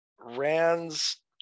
Rand's